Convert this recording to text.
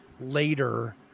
later